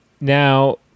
Now